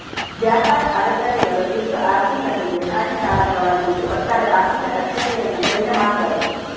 ವ್ಯಾಪಾರ ಅಡೆತಡೆಗಳು ವಿಶ್ವ ಆರ್ಥಿಕತೆಗೆ ಹಾನಿಕಾರಕವಾಗಿದ್ದು ಒಟ್ಟಾರೆ ಆರ್ಥಿಕ ದಕ್ಷತೆಯನ್ನ ಕಡಿಮೆ ಮಾಡ್ತದೆ